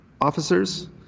officers